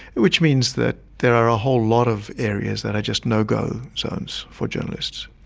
which means that there are a whole lot of areas that are just no-go zones for journalists.